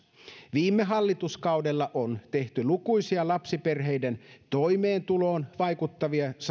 viime hallituskaudella on tehty lukuisia lapsiperheiden toimeentuloon vaikuttavia